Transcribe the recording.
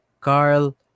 Carl